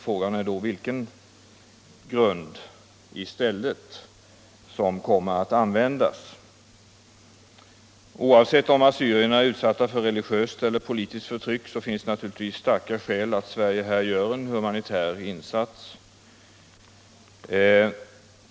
Frågan är då vilken grund som i stället kommer att användas. Oavsett om assyrierna är utsatta för religiöst eller politiskt förtryck finns det naturligtvis starka skäl för att Sverige här skall göra en humanitär insats.